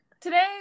today